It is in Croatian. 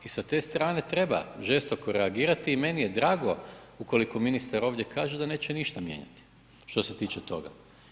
I sa te strane treba žestoko reagirati i meni je drago ukoliko ministar ovdje kaže da neće ništa mijenjati što se tiče toga.